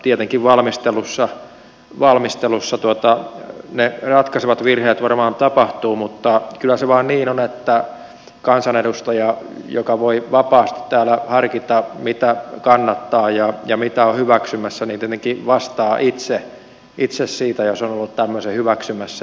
tietenkin valmistelussa ne ratkaisevat virheet varmaan tapahtuvat mutta kyllä se vain niin on että kansanedustaja joka voi vapaasti täällä harkita mitä kannattaa ja mitä on hyväksymässä tietenkin vastaa itse siitä jos on ollut tämmöisen hyväksymässä